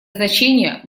значение